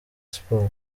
sports